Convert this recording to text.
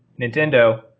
Nintendo